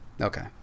Okay